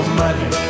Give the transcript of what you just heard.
money